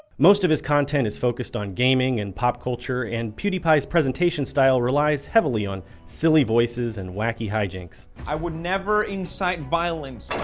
most of his content is focused on gaming and pop culture and pewdiepie's presentation style relies heavily on silly voices and wacky hijinks. pewdiepie i would never incite violence.